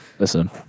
Listen